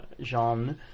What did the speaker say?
Jean